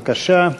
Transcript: בבקשה.